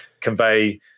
convey